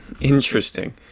Interesting